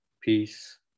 peace